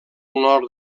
nord